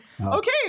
Okay